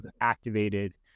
activated